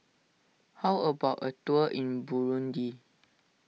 how about a tour in Burundi